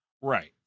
Right